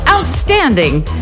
Outstanding